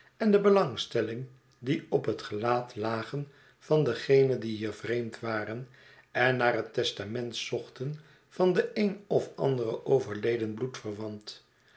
en de belangstelling die op het gelaat lagen van degenen die hier vreemd waren en naar het testament zochten van den een of anderen overleden